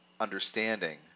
understanding